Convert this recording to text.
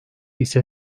ise